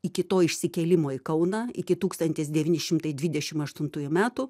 iki to išsikėlimo į kauną iki tūkstantis devyni šimtai dvidešim aštuntųjų metų